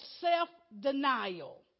self-denial